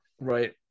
Right